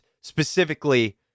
specifically